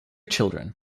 children